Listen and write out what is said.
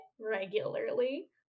regularly